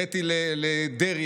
הראיתי לדרעי,